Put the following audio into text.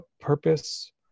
purpose